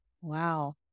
Wow